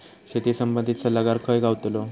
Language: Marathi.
शेती संबंधित सल्लागार खय गावतलो?